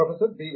professor B